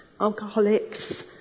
alcoholics